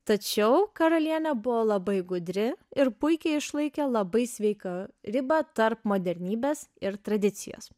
tačiau karalienė buvo labai gudri ir puikiai išlaikė labai sveiką ribą tarp modernybės ir tradicijos